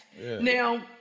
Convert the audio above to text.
Now